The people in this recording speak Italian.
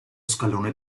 scalone